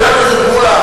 חבר הכנסת מולה,